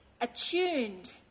attuned